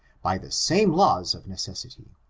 by the same laws of necessity,